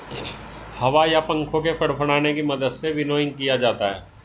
हवा या पंखों के फड़फड़ाने की मदद से विनोइंग किया जाता है